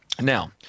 Now